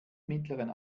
mittleren